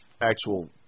actual